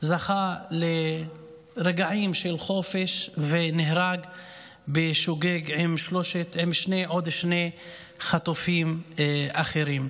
זכה לרגעים של חופש ונהרג בשוגג עם שני חטופים אחרים.